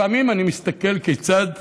לפעמים אני מסתכל כיצד